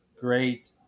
great